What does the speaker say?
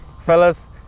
fellas